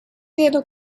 natal